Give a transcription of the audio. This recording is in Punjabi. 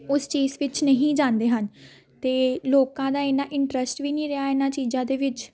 ਉਸ ਚੀਜ਼ ਵਿੱਚ ਨਹੀਂ ਜਾਂਦੇ ਹਨ ਅਤੇ ਲੋਕਾਂ ਦਾ ਇੰਨਾ ਇੰਟਰਸਟ ਵੀ ਨਹੀਂ ਰਿਹਾ ਇਹਨਾਂ ਚੀਜ਼ਾਂ ਦੇ ਵਿੱਚ